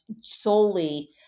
solely